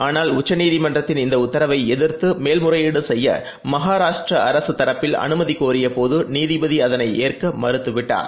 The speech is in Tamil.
ஆனால் உச்சநீதிமன்றத்தின் இந்தஉத்தரவைஎதிர்த்துமேல்முறையீடுசெய்யமகாராஷ்ட்டிரஅரசுதரப்பில் அனுமதிகோரியபோது நீதிபதிஅகனைஏற்கமறுத்துவிட்டார்